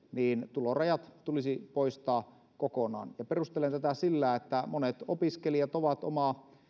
tulorajat tulisi poistaa kokonaan perustelen tätä sillä että monet opiskelijat ovat omaa